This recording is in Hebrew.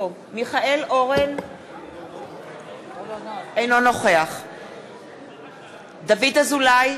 דוד אזולאי,